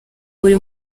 buri